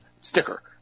sticker